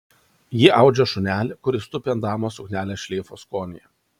jie audžia šunelį kuris tupi ant damos suknelės šleifo skonyje